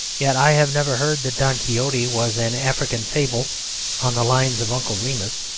yet i have never heard that don quixote was an african fable on the lines of uncle remus.